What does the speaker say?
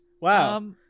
wow